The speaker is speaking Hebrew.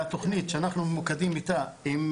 והתכנית שאנחנו ממוקדים איתה עם